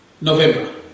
November